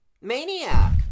Maniac